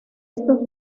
estos